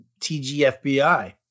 TGFBI